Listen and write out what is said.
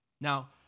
now